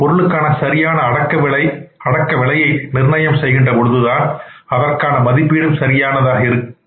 ஒரு பொருளுக்கான சரியான அடக்க விலையை நிர்ணயம் செய்கின்ற பொழுது அதற்கான மதிப்பீடும் சரியானதாக இருக்கின்றது